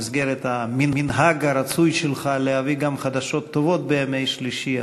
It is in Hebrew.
במסגרת המנהג הרצוי שלך להביא גם חדשות טובות בימי שלישי,